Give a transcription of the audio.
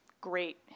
great